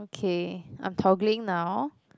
okay I'm toggling now